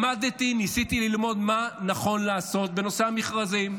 ניסיתי ללמוד מה נכון לעשות בנושא המכרזים.